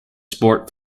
sport